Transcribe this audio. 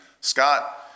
Scott